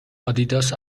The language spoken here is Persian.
آدیداس